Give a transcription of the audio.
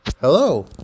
Hello